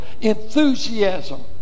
enthusiasm